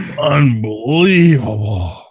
Unbelievable